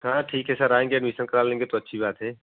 हाँ ठीक है सर आएँगे एडमिशन करा लेंगे तो अच्छी बात है